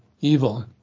evil